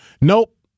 Nope